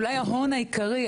אולי ההון העיקרי,